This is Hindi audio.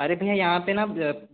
अरे भैया यहाँ पे न